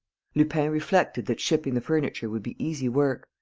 lupin reflected that shipping the furniture would be easy work.